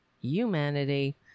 humanity